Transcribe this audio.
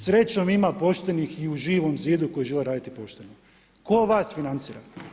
Srećom ima poštenih i u Živom zidu koji žele raditi pošteno. 'ko vas financira?